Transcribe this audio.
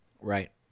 Right